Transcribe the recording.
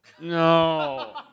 no